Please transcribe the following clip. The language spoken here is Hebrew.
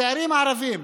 הצעירים הערבים